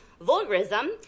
vulgarism